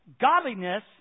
godliness